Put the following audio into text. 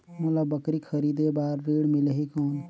मोला बकरी खरीदे बार ऋण मिलही कौन?